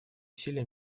силе